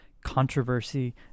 controversy